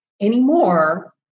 anymore